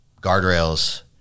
guardrails